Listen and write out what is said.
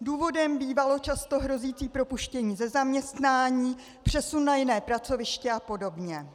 Důvodem bývalo hrozící propuštění ze zaměstnání, přesun na jiné pracoviště a podobně.